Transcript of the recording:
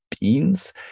beans